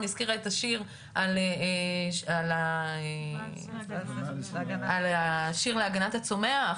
הזכירה את השיר "ואלס להגנת הצומח",